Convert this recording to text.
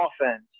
offense